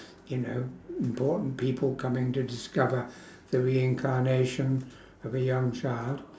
you know important people coming to discover the reincarnation of a young child